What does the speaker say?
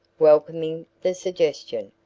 welcoming the suggestion.